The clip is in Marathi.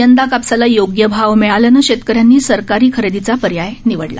यंदा कापसाला योग्य भाव मिळाल्यानं शेतकऱ्यांनी सरकारी खरेदीचा पर्याय निवडला